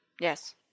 Yes